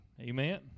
Amen